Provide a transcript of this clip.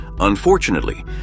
Unfortunately